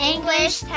English